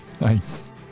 Nice